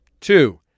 Two